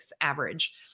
average